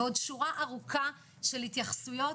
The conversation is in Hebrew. ועוד שורה ארוכה של התייחסויות.